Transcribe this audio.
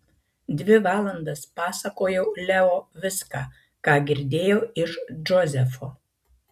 dvi valandas pasakojau leo viską ką girdėjau iš džozefo